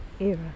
era